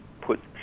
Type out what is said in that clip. put